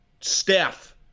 Steph